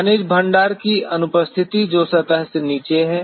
खनिज भंडार की अनुपस्थिति जो सतह से नीचे है